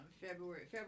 February